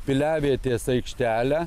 piliavietės aikštelę